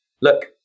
look